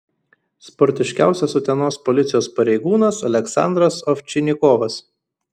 sportiškiausias utenos policijos pareigūnas aleksandras ovčinikovas